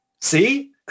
See